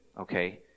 Okay